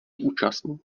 účastní